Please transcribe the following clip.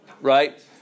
Right